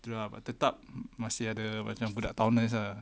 true lah but tetap masih ada macam budak townees ah